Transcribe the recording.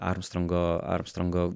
armstrongo armstrongo